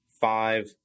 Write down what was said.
five